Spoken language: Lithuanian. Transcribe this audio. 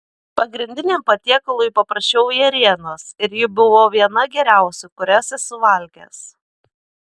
pagrindiniam patiekalui paprašiau ėrienos ir ji buvo viena geriausių kurias esu valgęs